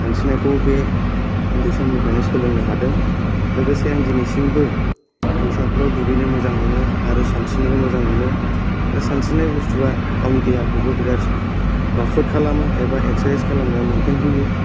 सानस्रिनायखौ बे ओन्दै समनिफ्रायनो सोलोंनो हादों लोगोसे आं दिनैसिमबो दैसाफ्राव दुगैनो मोजां मोनो आरो सानस्रिनोबो मोजां मोनो आरो सानस्रिनाय बुस्तुआ गावनि देहाखौबो बिरात राफोत खालामो एबा एक्सारसाइज खालामनायाव मेन्टेन होयो